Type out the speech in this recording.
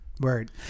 Word